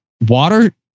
Water